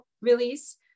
release